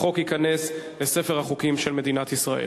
החוק ייכנס לספר החוקים של מדינת ישראל.